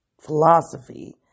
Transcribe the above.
philosophy